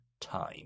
time